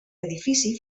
edifici